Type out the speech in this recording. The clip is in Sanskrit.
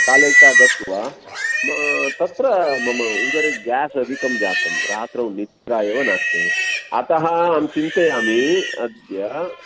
बालैस्सह गत्वा तत्र मम उदरे गेस् अधिकं जातं रात्रौ निद्रा एव नास्ति अतः अहं चिन्तयामि अद्य